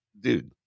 dude